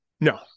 No